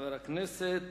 חבר הכנסת